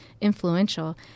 influential